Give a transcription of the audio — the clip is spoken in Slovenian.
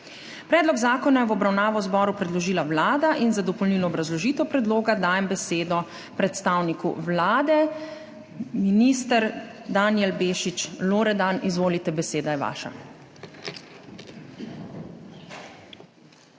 Predlog zakona je v obravnavo Državnemu zboru predložila Vlada. Za dopolnilno obrazložitev predloga dajem besedo predstavniku Vlade. Minister Danijel Bešič Loredan, izvolite, beseda je vaša.